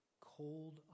Cold